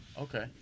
Okay